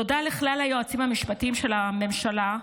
תודה לכלל היועצים המשפטיים של הממשלה,